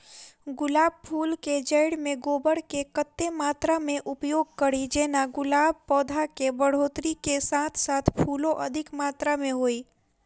गुलाब फूल केँ जैड़ मे गोबर केँ कत्ते मात्रा मे उपयोग कड़ी जेना गुलाब पौधा केँ बढ़ोतरी केँ साथ साथ फूलो अधिक मात्रा मे होइ?